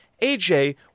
AJ